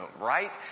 right